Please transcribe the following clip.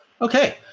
Okay